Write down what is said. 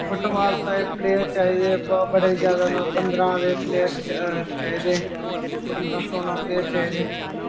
football ताईं player चाहिदे ब बड़े ज्यादा पंदरां हारे प्लेयर चाहिदे पंदरां सोलां प्लेयर चाहिदे